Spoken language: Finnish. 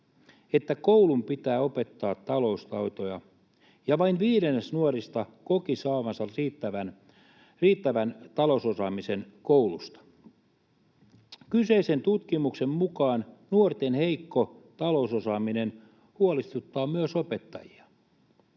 että koulun pitää opettaa taloustaitoja, ja vain viidennes nuorista koki saavansa riittävän talousosaamisen koulusta. Kyseisen tutkimuksen mukaan nuorten heikko talousosaaminen huolestuttaa myös opettajia.